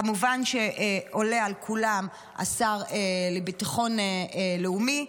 כמובן, עולה על כולם השר לביטחון לאומי.